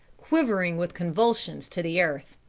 quivering with convulsions to the earth.